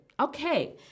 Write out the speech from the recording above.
Okay